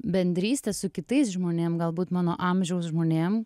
bendrystė su kitais žmonėm galbūt mano amžiaus žmonėm